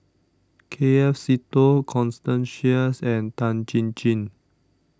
K F Seetoh Constance Sheares and Tan Chin Chin